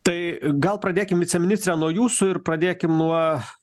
tai gal pradėkim viceministre nuo jūsų ir pradėkim nuo